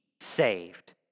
saved